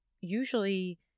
usually